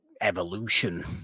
evolution